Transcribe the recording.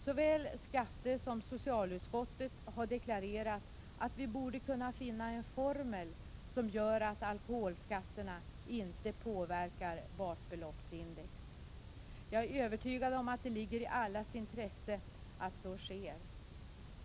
Såväl skattesom socialutskottet har deklarerat att vi borde kunna finna en formel som gör att alkoholskatterna inte påverkar basbeloppsindex. Jag är övertygad om att det ligger i allas intresse att så sker.